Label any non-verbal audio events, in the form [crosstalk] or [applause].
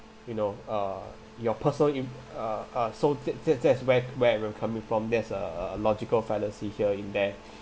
you know uh your personal inf~ uh uh so that that that's where where we're coming from there's a a logical fallacy here in there [noise]